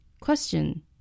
Question